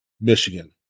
Michigan